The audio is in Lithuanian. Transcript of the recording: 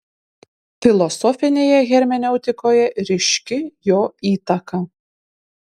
filosofinėje hermeneutikoje ryški jo įtaka